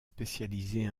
spécialisée